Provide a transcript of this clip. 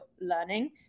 learning